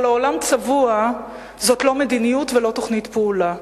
אבל "העולם צבוע" זאת לא מדיניות ולא תוכנית פעולה.